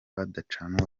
badacana